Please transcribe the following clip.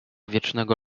wiecznego